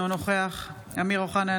אינו נוכח אמיר אוחנה,